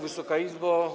Wysoka Izbo!